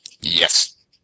Yes